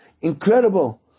incredible